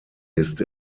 ist